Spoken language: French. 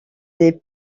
des